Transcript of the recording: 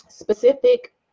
Specific